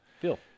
Phil